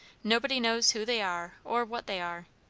nobody knows who they are, or what they are.